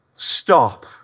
stop